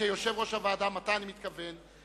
גם על-פי הודעתי האישית כיושב-ראש מתי אני מתכוון,